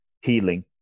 healing